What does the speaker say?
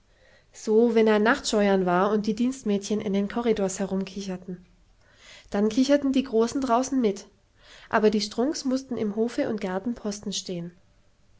so wenn ein nachtscheuern war und die dienstmädchen in den corridors herumkicherten dann kicherten die großen draußen mit aber die strunks mußten im hofe und garten posten stehen